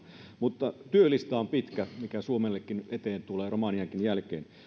mutta työlista on pitkä mikä suomellekin eteen tulee romaniankin jälkeen